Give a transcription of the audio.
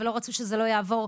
ולא רצו שזה יעבור,